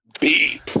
beep